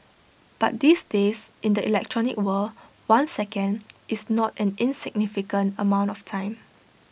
but these days in the electronic world one second is not an insignificant amount of time